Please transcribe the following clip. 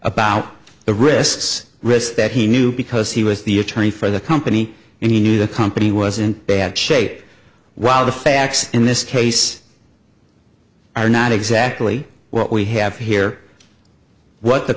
about the risks risks that he knew because he was the attorney for the company and he knew the company was in bad shape while the facts in this case are not exactly what we have here what the